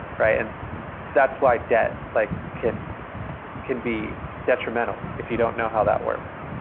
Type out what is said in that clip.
right? and that's why debt like can can be detrimental if you don't know how that works.